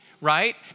right